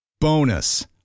Bonus